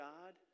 God